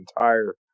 entire